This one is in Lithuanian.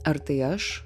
ar tai aš